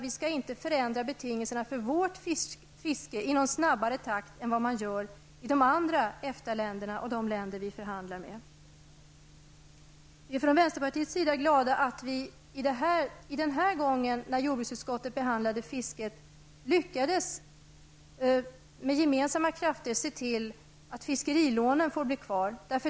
Vi skall inte förändra betingelserna för vårt fiske i någon snabbare takt än vad man gör i de andra EFTA-länderna och i de länderna vi förhandlar med. Vi i från vänsterpartiet är glada att vi denna gång när jordbruksutskottet behandlade fisket lyckades med gemensamma krafter se till att fiskerilånen får vara kvar.